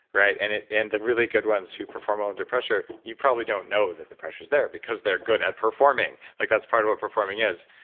right? and and the really good ones who perform well under pressure, you probably don't know that the pressure's there because they're good at performing. like that's part of what performing is.